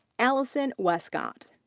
allison wescott.